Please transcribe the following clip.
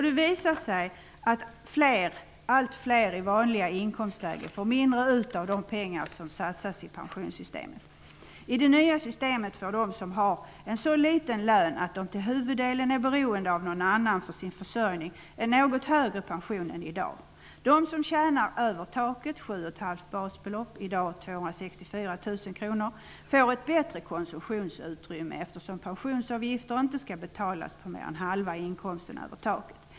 Det visar sig att allt fler i vanliga inkomstlägen får mindre ut av de pengar som satsats i pensionssystemet. I det nya systemet får de som har en så liten lön, att de till huvuddelen är beroende av någon annan för sin försörjning, en något högre pension än i dag. De som tjänar över taket 7,5 basbelopp, i dag 264 000 kronor, om året får ett bättre konsumtionsutrymme, eftersom pensionsavgifter inte skall betalas på mer än halva inkomsten över taket.